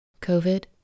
COVID